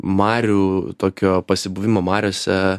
marių tokio pasibuvimo mariose